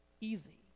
easy